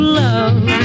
love